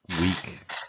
week